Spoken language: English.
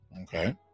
Okay